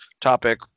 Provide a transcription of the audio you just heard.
topic